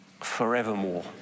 forevermore